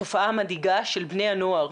לתופעה המדאיגה של בני הנוער,